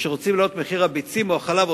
וכשרוצים להעלות את מחיר הביצים או החלב,